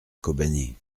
kobané